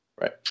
Right